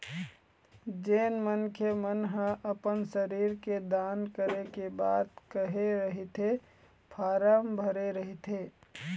जेन मनखे मन ह अपन शरीर के दान करे के बात कहे रहिथे फारम भरे रहिथे